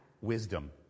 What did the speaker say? wisdom